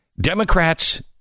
Democrats